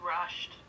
rushed